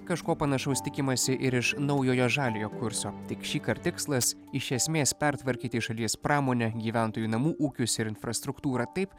kažko panašaus tikimąsi ir iš naujojo žaliojo kurso tik šįkart tikslas iš esmės pertvarkyti šalies pramonę gyventojų namų ūkius ir infrastruktūrą taip